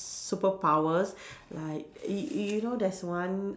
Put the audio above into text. superpowers like you you you know there's one